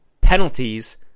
penalties